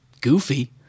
goofy